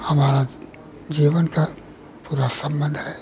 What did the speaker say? हमारे जीवन का पूरा सम्बन्ध है